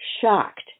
shocked